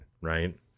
right